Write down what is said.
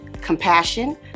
compassion